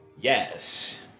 Yes